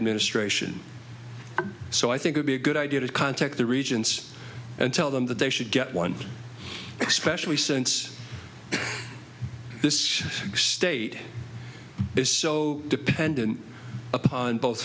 administration so i think would be a good idea to contact the regents and tell them that they should get one expression we since this state is so dependent upon both